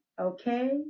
okay